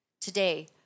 Today